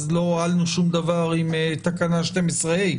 אז לא הועלנו שום דבר עם תקנה 12(ה).